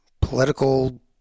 political